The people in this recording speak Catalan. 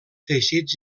teixits